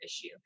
issue